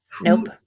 Nope